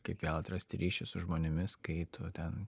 kaip vėl atrasti ryšį su žmonėmis kai tu ten